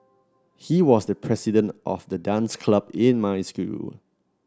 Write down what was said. he was the president of the dance club in my school